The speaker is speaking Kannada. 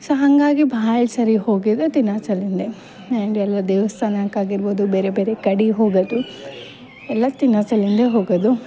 ಸೊ ಹಾಂಗಾಗಿ ಬಹಳ ಸರಿ ಹೋಗಿದ್ದೆ ತಿನ್ನೊ ಚಲ್ಲಿಂದೆ ಆ್ಯಂಡ್ ಎಲ್ಲ ದೇವಸ್ಥಾನಕ್ಕಾಗಿರ್ಬೋದು ಬೇರೆ ಬೇರೆ ಕಡೆ ಹೋಗೋದು ಎಲ್ಲ ತಿನ್ನೊಸಲಿಂದೆ ಹೋಗೋದು